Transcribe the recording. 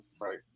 Right